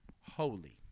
holy